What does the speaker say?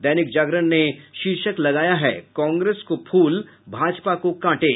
दैनिक जागरण ने शीर्षक लगाया है कांग्रेस को फूल भाजपा को कांटे